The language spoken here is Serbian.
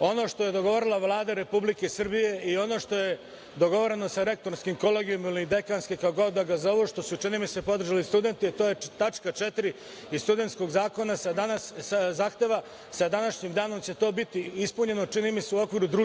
ono što je dogovorila Vlada Republike Srbije i ono što je dogovoreno sa Rektorskim kolegijumom ili Dekanskim kako god da ga zovu, što su, čini mi se, podržali studenti, a to je tačka 4. iz studenskog zahteva sa današnjim danom će to biti ispunjeno, čini mi se, u okviru društvenog